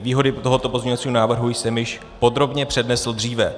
Výhody tohoto pozměňovacího návrhu jsem již podrobně přednesl dříve.